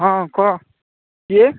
ହଁ କୁହ କିଏ